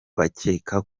bakeka